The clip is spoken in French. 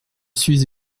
suis